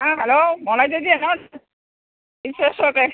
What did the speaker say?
ആ ഹലോ മോളെ ചേച്ചി എന്നാ ഉണ്ട് വിശേഷമൊക്കെ